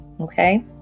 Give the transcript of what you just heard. Okay